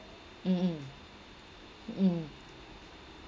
mm mm mm